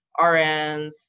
RNs